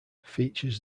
features